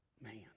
man